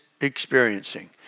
experiencing